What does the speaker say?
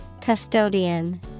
Custodian